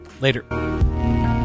Later